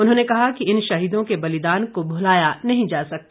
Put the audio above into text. उन्होंने कहा कि इन शहीदों के बलिदान को भुलाया नहीं जा सकता